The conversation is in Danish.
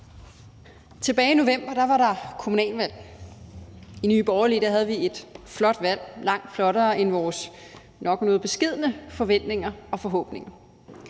Tilbage i november var der kommunalvalg, og i Nye Borgerlige havde vi et flot valg, langt flottere end vores nok noget beskedne forventninger og forhåbninger.